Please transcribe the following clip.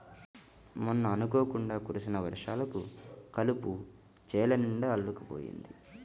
మొన్న అనుకోకుండా కురిసిన వర్షాలకు కలుపు చేలనిండా అల్లుకుపోయింది